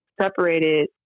separated